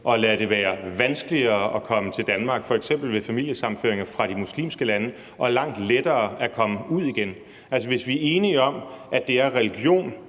og lade det være vanskeligere at komme til Danmark ved f.eks. familiesammenføringer fra de muslimske lande og langt lettere at komme ud igen? Altså, hvis vi er enige om, at det er religion